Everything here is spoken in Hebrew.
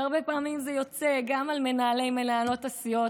והרבה פעמים זה יוצא גם על מנהלי ומנהלות הסיעות,